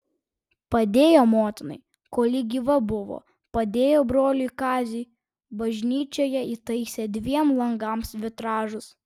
padėjo motinai kol ji gyva buvo padėjo broliui kaziui bažnyčioje įtaisė dviem langams vitražus